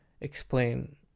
explain